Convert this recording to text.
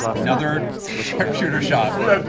another sharpshooter shot.